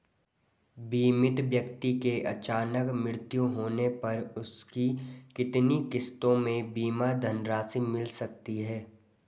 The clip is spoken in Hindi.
बीमित व्यक्ति के अचानक मृत्यु होने पर उसकी कितनी किश्तों में बीमा धनराशि मिल सकती है?